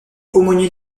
aumônier